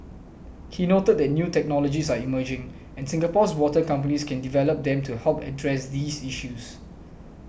he noted that new technologies are emerging and Singapore's water companies can develop them to help address these issues